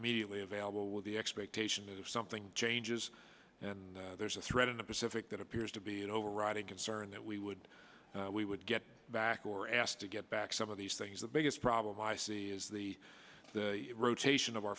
immediately available with the expectation that if something changes and there's a threat in the pacific that appears to be an overriding concern that we would we would get back or asked to get back some of these things the biggest problem i see is the rotation of our